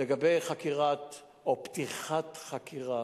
לגבי פתיחת חקירת